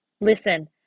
Listen